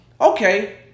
Okay